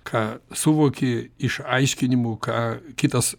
ką suvoki išaiškinimu ką kitas